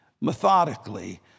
methodically